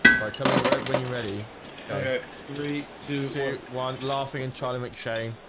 but i tell me when when you're ready three two zero one laughing and charlie mcshane